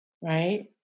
right